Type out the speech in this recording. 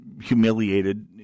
humiliated